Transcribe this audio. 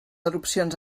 erupcions